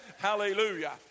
hallelujah